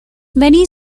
many